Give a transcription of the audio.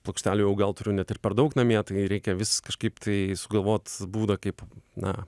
plokštelių jau gal turiu net ir per daug namie tai reikia vis kažkaip tai sugalvot būdą kaip na